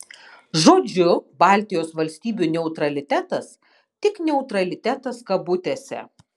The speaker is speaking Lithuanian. žodžiu baltijos valstybių neutralitetas tik neutralitetas kabutėse